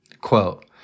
quote